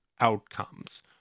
outcomes